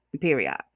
Period